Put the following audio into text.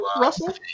Russell